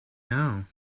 know